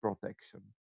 protection